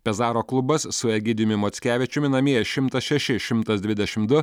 pezaro klubas su egidijumi mockevičiumi namie šimtas šeši šimtas dvidešim du